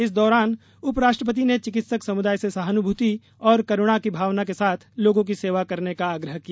इस दौरान उप राष्ट्रपति ने चिकित्सक समुदाय से सहानुभूति और करुणा की भावना के साथ लोगों की सेवा करने का आग्रह किया